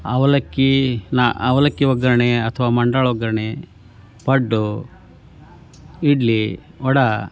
ಅವಲಕ್ಕಿ ನ ಅವಲಕ್ಕಿ ಒಗ್ಗರಣೆ ಅಥವಾ ಮಂಡಾಳು ಒಗ್ಗರಣೆ ಪಡ್ಡು ಇಡ್ಲಿ ವಡೆ